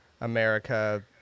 America